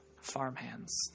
farmhands